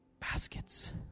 baskets